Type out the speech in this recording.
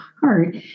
heart